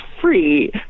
free